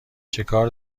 چکار